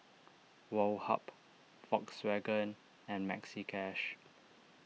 Woh Hup Volkswagen and Maxi Cash